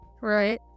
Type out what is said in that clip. Right